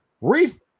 Reef